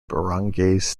barangays